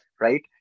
right